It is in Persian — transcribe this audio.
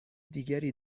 دیگری